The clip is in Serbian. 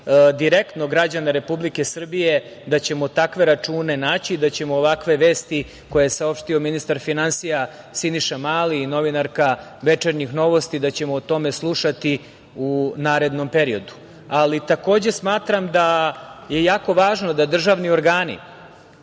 direktno građane Republike Srbije, da ćemo takve račune naći i da ćemo ovakve vesti koje je saopštio ministar finansija Siniša Mali i novinarka „Večernjih novosti“, da ćemo o tome slušati u narednom periodu. Ali takođe smatram da je jako važno da državni organi,